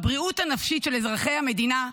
הבריאות הנפשית של אזרחי המדינה,